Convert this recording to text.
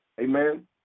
amen